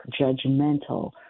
judgmental